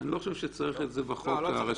אני לא חושב שצריך את זה בחוק הראשי.